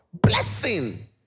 Blessing